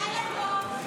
לילה טוב.